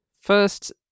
First